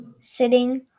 sitting